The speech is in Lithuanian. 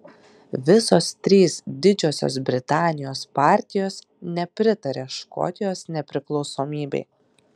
visos trys didžiosios britanijos partijos nepritaria škotijos nepriklausomybei